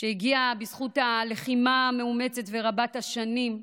הגיע בזכות הלחימה המאומצת ורבת-השנים,